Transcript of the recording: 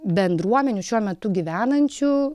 bendruomenių šiuo metu gyvenančių